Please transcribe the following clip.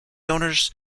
owners